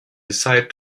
decided